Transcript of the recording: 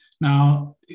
Now